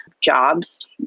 jobs